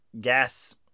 gas